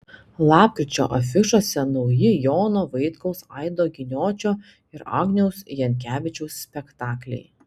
lapkričio afišose nauji jono vaitkaus aido giniočio ir agniaus jankevičiaus spektakliai